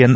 N